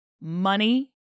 money